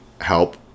help